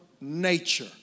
nature